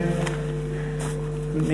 .